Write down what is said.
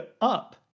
up